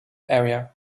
area